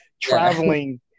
traveling